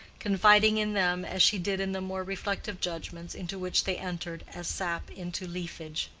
confiding in them as she did in the more reflective judgments into which they entered as sap into leafage.